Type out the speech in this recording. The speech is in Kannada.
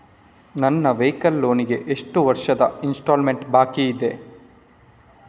ನನ್ನ ವೈಕಲ್ ಲೋನ್ ಗೆ ಎಷ್ಟು ವರ್ಷದ ಇನ್ಸ್ಟಾಲ್ಮೆಂಟ್ ಬಾಕಿ ಇದೆ?